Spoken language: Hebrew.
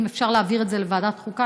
אם אפשר להעביר את זה לוועדת החוקה,